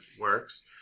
works